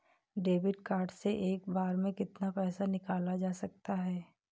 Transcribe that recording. Debit card से एक बार में कितना पैसा निकाला जा सकता है?